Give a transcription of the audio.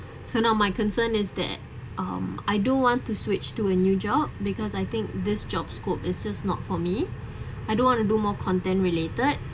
so now my concern is that um I do want to switch to a new job because I think this job scope is just not for me I don't want to do more content related